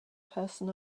person